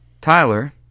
Tyler